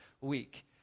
week